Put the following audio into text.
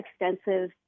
extensive